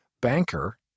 banker